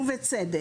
ובצדק,